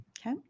Okay